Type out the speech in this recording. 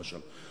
למשל.